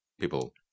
People